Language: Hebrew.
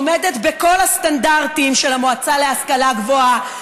עומדת בכל הסטנדרטים של המועצה להשכלה גבוהה.